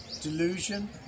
Delusion